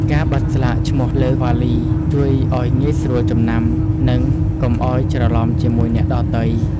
ការបិទស្លាកឈ្មោះលើវ៉ាលី ជួយឱ្យងាយស្រួលចំណាំ និងកុំឱ្យច្រឡំជាមួយអ្នកដទៃ។